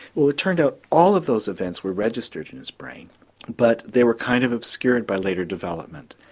well it turned out all of those events were registered in his brain but they were kind of obscured by later development.